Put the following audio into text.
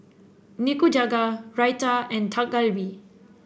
Nikujaga Raita and Dak Galbi